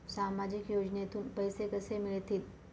सामाजिक योजनेतून पैसे कसे मिळतील?